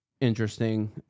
interesting